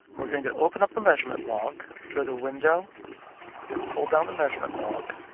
we're going to open up the measurement log. go to window and pull down the measurement log.